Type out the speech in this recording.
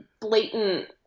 blatant